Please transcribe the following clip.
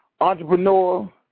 entrepreneur